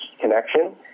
connection